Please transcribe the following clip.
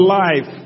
life